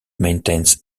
maintains